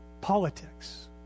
Politics